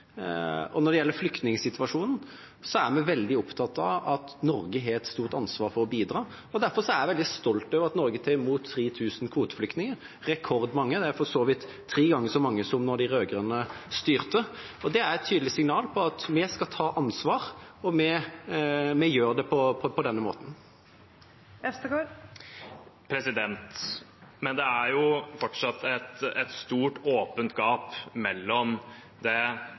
et stort ansvar for å bidra. Derfor er jeg veldig stolt over at Norge tar imot 3 000 kvoteflyktninger – rekordmange. Det er for så vidt tre ganger så mange som da de rød-grønne styrte. Det er et tydelig signal på at vi skal ta ansvar, og vi gjør det på denne måten. Freddy André Øvstegård – til oppfølgingsspørsmål. Det er jo fortsatt et stort åpent gap mellom det